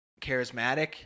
charismatic